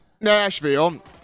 Nashville